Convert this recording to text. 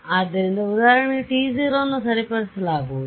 ಆದ್ದರಿಂದ ಉದಾಹರಣೆಗೆ t0 ಅನ್ನು ಸರಿಪಡಿಸಲಾಗುವುದು